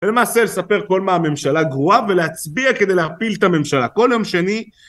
ולמעשה לספר כל מה הממשלה גרועה ולהצביע כדי להפיל את הממשלה כל יום שני